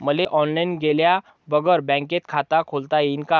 मले ऑनलाईन गेल्या बगर बँकेत खात खोलता येईन का?